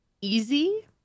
easy